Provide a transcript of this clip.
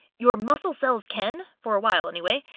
your muscle cells can, for a while anyway.